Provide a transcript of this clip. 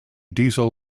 diesel